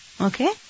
Okay